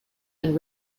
and